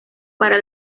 para